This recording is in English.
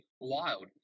wild